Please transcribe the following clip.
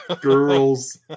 Girls